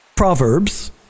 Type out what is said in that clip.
Proverbs